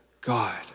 God